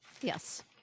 yes